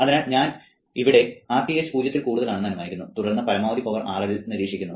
അതിനാൽ ഇവിടെ ഞാൻ Rth 0 ൽ കൂടുതൽ ആണെന്ന് അനുമാനിക്കുന്നു തുടർന്ന് പരമാവധി പവർ RL ൽ നിരീക്ഷിക്കന്നു